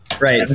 Right